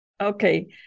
Okay